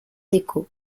déco